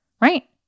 right